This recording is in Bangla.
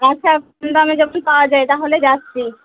আচ্ছা দামে যখন পাওয়া যায় তাহলে যাচ্ছি